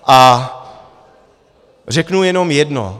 A řeknu jenom jedno.